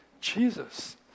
Jesus